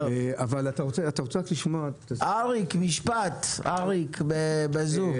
אריק, משפט בזום.